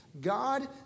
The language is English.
God